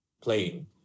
playing